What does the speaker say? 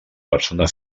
persona